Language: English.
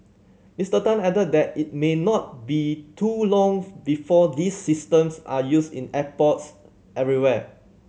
Mister Tan added that it may not be too longs before these systems are used in airports everywhere